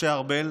משה ארבל,